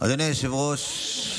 בתי דין מינהליים ותכנון ובנייה),